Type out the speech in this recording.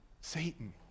satan